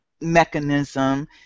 mechanism